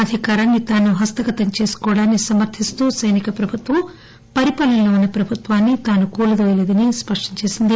అధికారాన్ని తాను హస్తగతం చేసుకోవడాని సమర్థిస్తూ సైనిక ప్రభుత్వం పరిపాలన లో ఉన్న ప్రభుత్వాన్ని తాను కూలదోయ లేదని స్పష్టం చేసింది